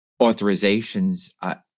authorizations